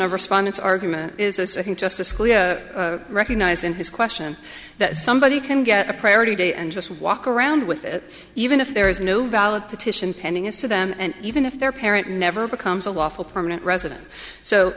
of respondents argument is as i think justice scalia recognized in his question that somebody can get a priority date and just walk around with it even if there is no valid petition pending as to them and even if their parent never becomes a lawful permanent resident so